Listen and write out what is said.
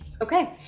Okay